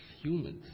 humans